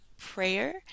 prayer